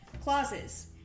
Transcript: Clauses